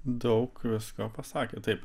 daug visko pasakė taip